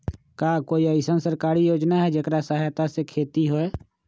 का कोई अईसन सरकारी योजना है जेकरा सहायता से खेती होय?